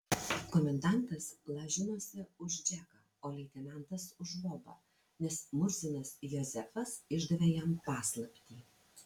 komendantas lažinosi už džeką o leitenantas už bobą nes murzinas jozefas išdavė jam paslaptį